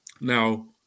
Now